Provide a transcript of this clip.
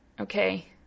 okay